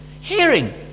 Hearing